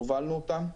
הובלנו אותן.